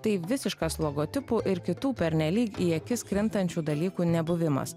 tai visiškas logotipų ir kitų pernelyg į akis krintančių dalykų nebuvimas